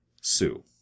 sue